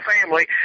family